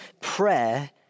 prayer